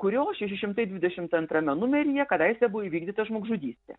kurio šeši šimtai dvidešimt antrame numeryje kadaise buvo įvykdyta žmogžudystė